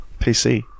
PC